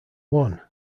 one